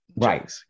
Right